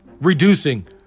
reducing